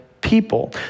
people